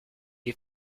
est